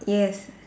yes